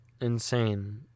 insane